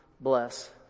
bless